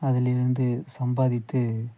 அதிலிருந்து சம்பாதித்து